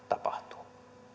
tapahtuu